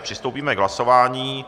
Přistoupíme k hlasování.